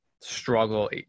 struggle